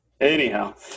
Anyhow